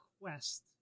quest